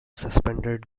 suspended